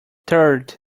third